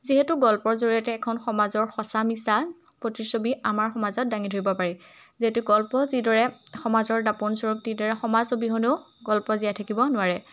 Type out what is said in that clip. যিহেতু গল্পৰ জৰিয়তে এখন সমাজৰ সঁচা মিছা প্ৰতিচ্ছবি আমাৰ সমাজত দাঙি ধৰিব পাৰি যিহেতু গল্প যিদৰে সমাজৰ দাপোন স্বৰূপ দিৰে সমাজ অবিহনেও গল্প জীয়াই থাকিব নোৱাৰে